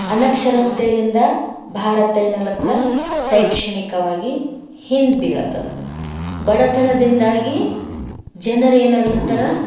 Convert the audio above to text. ಅನಕ್ಷರತೆಯಿಂದ ಭಾರತ ಏನಾಗ್ಲತ್ತದ ಶೈಕ್ಷಣಿಕವಾಗಿ ಹಿಂದೆ ಬೀಳತ್ತೆ ಬಡತನದಿಂದಾಗಿ ಜನರೇನು ಆಗ್ಲತ್ತಾರ